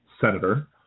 senator